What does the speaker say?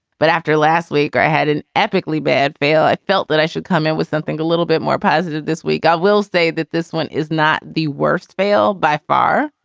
but after last week or i had an epically bad fail. i felt that i should come out with something a little bit more positive this week. i will say that this one is not the worst fail by far.